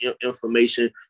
information